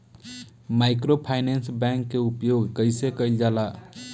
Microfinance bank के उपयोग कइसे कइल जाला?